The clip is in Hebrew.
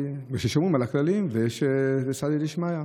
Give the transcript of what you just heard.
כי שומרים על הכללים ויש סייעתא דשמיא.